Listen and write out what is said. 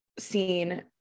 seen